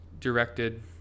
directed